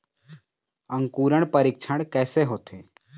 अंकुरण परीक्षण कैसे होथे?